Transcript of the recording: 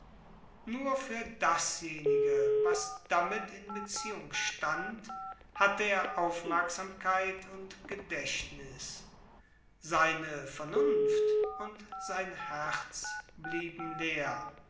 nur für dasjenige was damit in beziehung stand hatte er aufmerksamkeit und gedächtnis seine vernunft und sein herz blieben leer